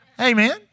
Amen